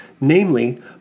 namely